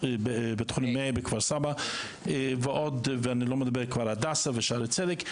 בית חולים מאיר בכפר סבא ואני לא מדבר כבר על הדסה ושערי צדק,